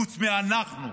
חוץ מאיתנו,